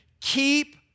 keep